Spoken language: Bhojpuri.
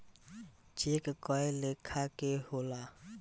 चेक कए लेखा के होला